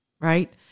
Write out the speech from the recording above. Right